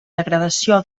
degradació